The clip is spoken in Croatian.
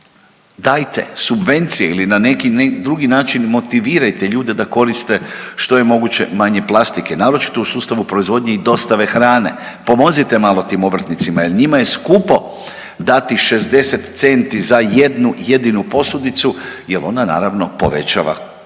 dajte subvencije ili na neki drugi način motivirajte ljude da koriste što je moguće manje plastike, naročito u sustavu proizvodnje i dostave hrane, pomozite malo tim obrtnicima jel njima je skupo dati 60 centi za jednu jedinu posudicu jer onda naravno povećava